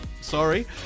sorry